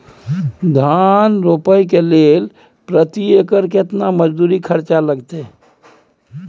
धान रोपय के लेल प्रति एकर केतना मजदूरी खर्चा लागतेय?